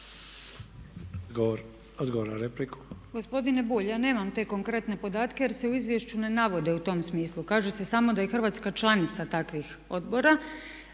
Odgovor na repliku.